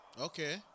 Okay